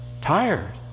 Tired